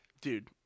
dude